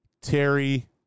Terry